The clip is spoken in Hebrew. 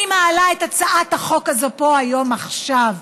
אני מעלה את הצעת החוק הזאת פה היום, עכשיו.